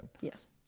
yes